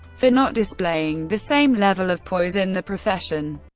for not displaying the same level of poise in the profession.